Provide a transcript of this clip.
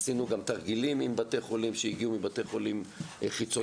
עשינו גם תרגילים עם בתי חולים כשהגיעו מבתי חולים חיצוניים,